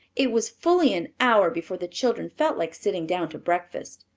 it was fully an hour before the children felt like sitting down to breakfast.